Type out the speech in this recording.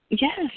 Yes